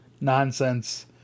nonsense